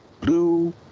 blue